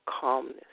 calmness